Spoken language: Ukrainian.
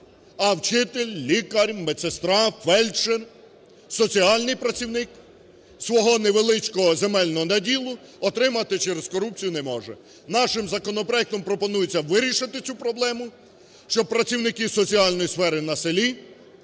а вчитель, лікар, медсестра, фельдшер, соціальний працівник свого невеличкого земельного наділу отримати через корупцію не може. Нашим законопроектом пропонується вирішити цю проблему, щоб працівники соціальної сфери на селі